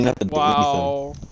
Wow